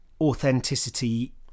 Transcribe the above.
authenticity